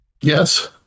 Yes